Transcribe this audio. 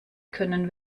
können